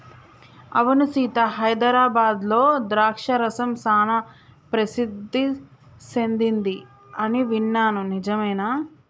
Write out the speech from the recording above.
అవును సీత హైదరాబాద్లో ద్రాక్ష రసం సానా ప్రసిద్ధి సెదింది అని విన్నాను నిజమేనా